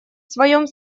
своем